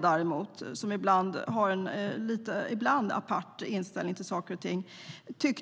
Däremot tyckte SKL, som ibland har en lite apart inställning till saker och ting,